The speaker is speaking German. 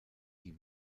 die